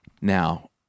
Now